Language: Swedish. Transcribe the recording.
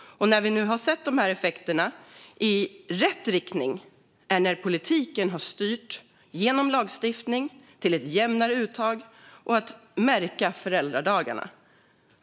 Vi har sett effekter i rätt riktning när politiken genom lagstiftning har styrt till ett jämnare uttag och märkning av föräldradagarna.